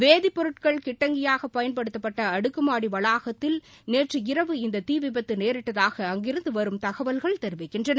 வேதிப்பொருட்கள் கிட்டங்கியாக பயன்படுத்தப்பட்ட அடுக்குமாடி வளாகத்தில் நேற்றிரவு இந்த தீ விபத்து நேரிட்டதாக அங்கிருந்து வரும் தகவல்கள் தெரிவிக்கின்றன